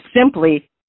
simply